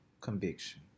conviction